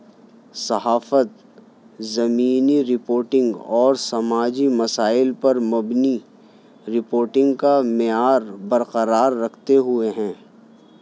صحافت زمینی رپورٹنگ اور سماجی مسائل پر مبنی رپورٹنگ کا معیار برقرار رکھتے ہوئے ہیں